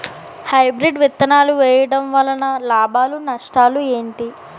Hybrid విత్తనాలు వేయటం వలన లాభాలు నష్టాలు ఏంటి?